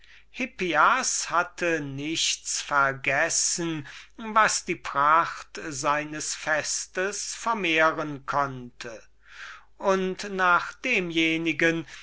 hatte nichts vergessen was die pracht seines fests vermehren konnte und nach demjenigen